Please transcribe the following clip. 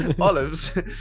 Olives